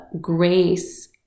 grace